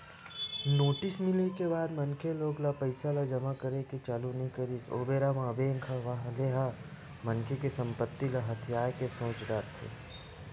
notice मिले के बाद मनखे लोन ले पइसा ल जमा करे के चालू नइ करिस ओ बेरा बेंक वाले ह मनखे के संपत्ति ल हथियाये के सोच डरथे